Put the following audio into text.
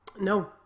No